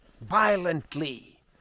violently